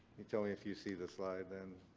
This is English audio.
you tell me if you see the slide then.